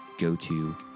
go-to